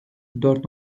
dört